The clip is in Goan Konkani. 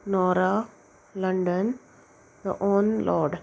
Naura London onload